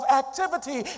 activity